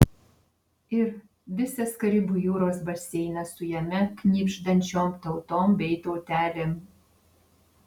ir visas karibų jūros baseinas su jame knibždančiom tautom bei tautelėm